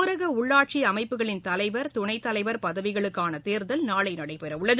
ஊரக உள்ளாட்சி அமைப்புகளின் தலைவர் துணைத்தலைவர் பதவிகளுக்கான தேர்தல் நாளை நடைபெறவுள்ளது